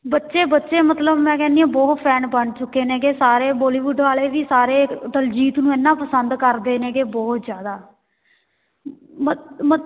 ਬੱਚੇ ਬੱਚੇ ਮਤਲਬ ਮੈਂ ਕਹਿੰਦੀ ਹਾਂ ਬਹੁਤ ਫੈਨ ਬਣ ਚੁੱਕੇ ਨੇਗੇ ਸਾਰੇ ਬੋਲੀਵੁੱਡ ਵਾਲੇ ਵੀ ਸਾਰੇ ਅ ਦਲਜੀਤ ਨੂੰ ਇੰਨਾ ਪਸੰਦ ਕਰਦੇ ਨੇਗੇ ਬਹੁਤ ਜ਼ਿਆਦਾ ਮਤ ਮਤ